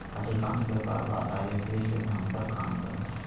अधिकांश व्यापार बाधा एक ही सिद्धांत पर काम करो हइ